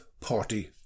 Party